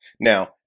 Now